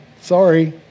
Sorry